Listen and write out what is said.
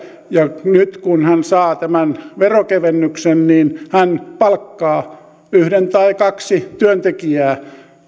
ja nyt kun hän saa tämän veronkevennyksen niin hän palkkaa yhden tai kaksi työntekijää